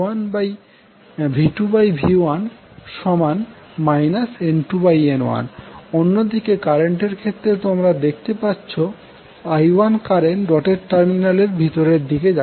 তাহলে V2V1 N2N1 অন্যদিকে কারেন্টের ক্ষেত্রে তোমরা দেখতে পাচ্ছো I1 কারেন্ট ডটেড টার্মিনালের ভিতরের দিকে যাচ্ছে